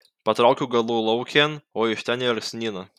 patraukiu galulaukėn o iš ten į alksnyną